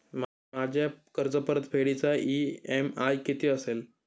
माझ्या कर्जपरतफेडीचा इ.एम.आय किती असेल?